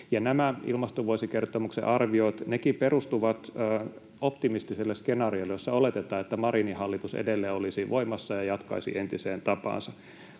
nämä ilmastovuosikertomuksen arviot, nekin perustuvat optimistiselle skenaariolle, jossa oletetaan, että Marinin hallitus edelleen olisi voimassa ja jatkaisi entiseen tapaansa.